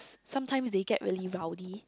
sometime they get really rowdy